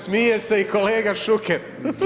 Smije se i kolega Šuker.